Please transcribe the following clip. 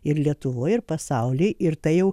ir lietuvoj ir pasauly ir tai jau